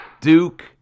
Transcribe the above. Duke